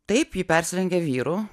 taip ji persirengia vyru